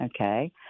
Okay